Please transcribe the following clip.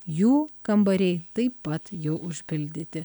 jų kambariai taip pat jau užpildyti